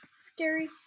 Scary